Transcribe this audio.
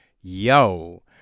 Yo